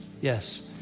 yes